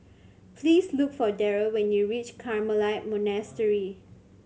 please look for Daryl when you reach Carmelite Monastery